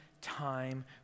time